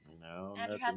No